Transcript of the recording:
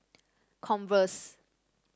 converse